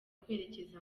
kwerekeza